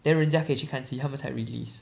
then 人家可以去看戏他们才 release